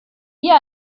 wir